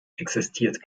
existiert